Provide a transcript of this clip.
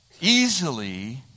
easily